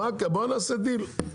בוא נעשה דיל.